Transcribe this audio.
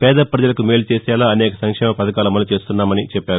పేద పజలకు మేలు చేసేలా అనేక సంక్షేమ పథకాలు అమలు చేస్తున్నామని అన్నారు